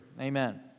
Amen